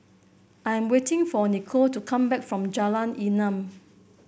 I am waiting for Nicolle to come back from Jalan Enam